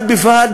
בד בבד,